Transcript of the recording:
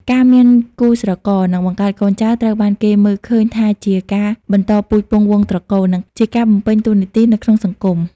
ការមានគូស្រករ និងបង្កើតកូនចៅ ត្រូវបានគេមើលឃើញថាជាការបន្តពូជពង្សវង្សត្រកូល និងជាការបំពេញតួនាទីនៅក្នុងសង្គម ។